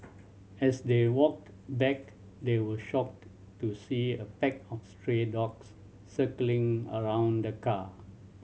as they walked back they were shocked to see a pack of stray dogs circling around the car